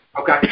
okay